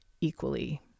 equally